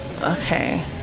Okay